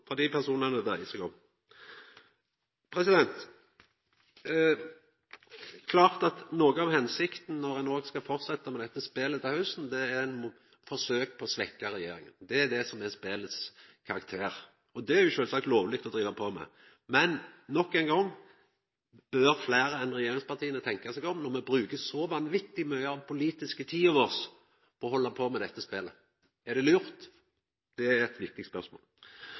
to personane det dreier seg om. Det er klart at noko av hensikta når ein òg skal fortsetja med dette spelet til hausten, er å forsøkja å svekkja regjeringa. Det er det som er spelets karakter. Det er sjølvsagt lovleg å driva på med. Men nok ein gong bør fleire enn regjeringspartia tenkja seg om når me bruker så vanvittig mykje av den politiske tida vår på å halda på med dette spelet. Er det lurt? Det er eit viktig spørsmål.